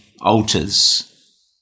altars